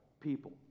people